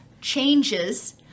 changes